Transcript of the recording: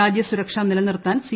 രാജ്യസുരക്ഷ നിലനിർത്താൻ സി